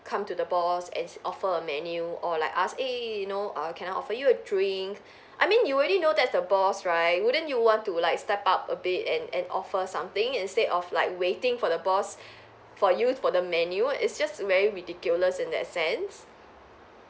come to the boss and offer a menu or like ask eh you know uh can I offer you a drink I mean you already know that's the boss right wouldn't you want to like step up a bit and and offer something instead of like waiting for the boss for you for the menu it's just very ridiculous in that sense